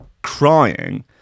crying